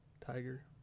Tiger